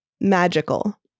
magical